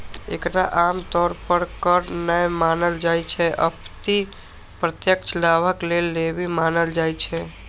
एकरा आम तौर पर कर नै मानल जाइ छै, अपितु प्रत्यक्ष लाभक लेल लेवी मानल जाइ छै